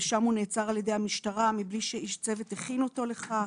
ושם הוא נעצר על-ידי המשטרה מבלי שאיש צוות הכין אותו לכך.